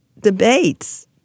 debates